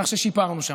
כך ששיפרנו שם.